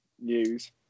news